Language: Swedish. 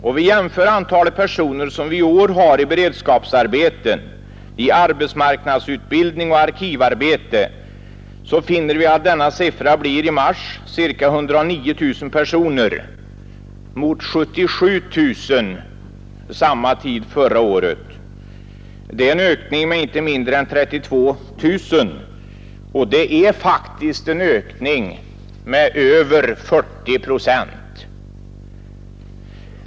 Om vi jämför antalet personer som vi i år har i beredskapsarbete, i arbetsmarknadsutbildning och arkivarbete, finner vi att denna siffra blir för mars i år 109 000 personer mot 77 000 för samma tid förra året. Det är en ökning med inte mindre än 32 000 och det är faktiskt en ökning med över 40 procent.